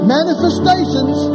manifestations